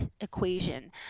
equation